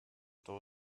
doch